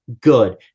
good